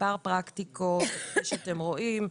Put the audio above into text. מספר פרקטיקות שאתם רואים.